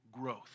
growth